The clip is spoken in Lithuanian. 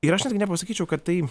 ir aš netgi nepasakyčiau kad tai